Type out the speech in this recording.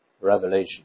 Revelation